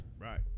Right